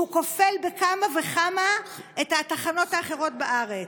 שהוא כופל בכמה וכמה את התחנות האחרות בארץ,